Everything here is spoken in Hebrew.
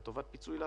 לטובת פיצוי לעסקים.